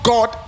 God